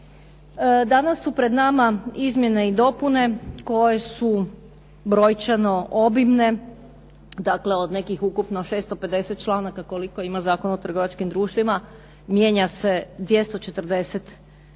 Danas su pred nama izmjene i dopune koje su brojčano obimne. Dakle od nekih ukupno 650 članaka koliko ima Zakon o trgovačkim društvima, mijenja se 240 članaka,